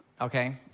okay